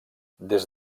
des